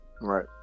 right